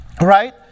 Right